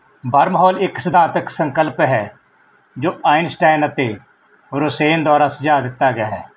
wormhole ਇੱਕ ਸਿਧਾਂਤਕ ਸੰਕਲਪ ਹੈ ਜੋ ਆਇਨਸਟੈਂਨ ਅਤੇ ਰੁਸੇਨ ਦੁਆਰਾ ਸੁਝਾਅ ਦਿੱਤਾ ਗਿਆ ਹੈ